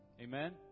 Amen